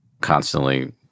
constantly